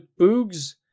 Boogs